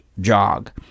jog